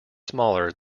smaller